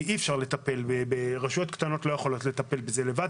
כי רשויות קטנות לא יכולות לטפל בזה לבד,